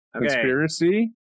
Conspiracy